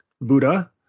buddha